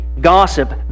gossip